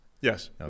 Yes